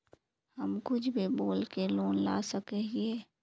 हम कुछ भी बोल के लोन ला सके हिये?